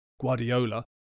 Guardiola